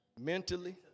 mentally